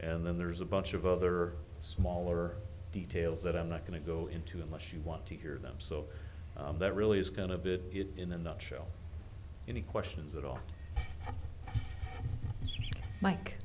and then there's a bunch of other smaller details that i'm not going to go into unless you want to hear them so that really is kind of it in a nutshell any questions at all mike